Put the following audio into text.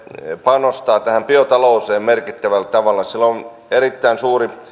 panostaa tähän biotalouteen merkittävällä tavalla sillä on erittäin suuri